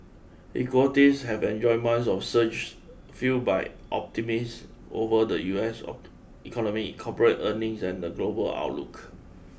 equities have enjoyed months of surges fuelled by optimist over the U S oak economy corporate earnings and the global outlook